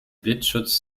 blitzschutz